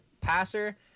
passer